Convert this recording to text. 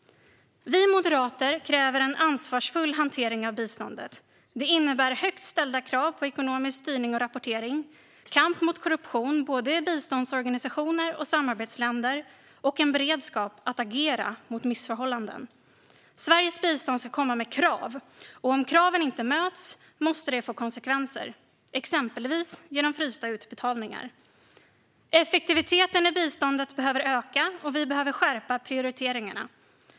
Vi moderater kräver en ansvarsfull hantering av biståndet. Det innebär högt ställda krav på ekonomisk styrning och rapportering, kamp mot korruption i både biståndsorganisationer och samarbetsländer och en beredskap att agera mot missförhållanden. Sveriges bistånd ska komma med krav, och om kraven inte möts måste det få konsekvenser, exempelvis genom frysta utbetalningar. Effektiviteten i biståndet behöver öka, och vi behöver skärpa prioriteringarna.